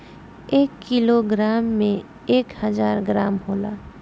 एक किलोग्राम में एक हजार ग्राम होला